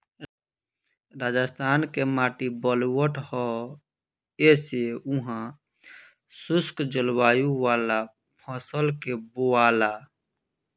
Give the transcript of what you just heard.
राजस्थान के माटी बलुअठ ह ऐसे उहा शुष्क जलवायु वाला फसल के बोआला